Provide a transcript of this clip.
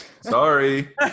Sorry